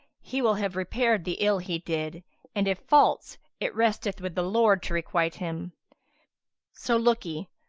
he will have repaired the ill he did and if false, it resteth with the lord to requite him so, look'ee,